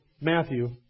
Matthew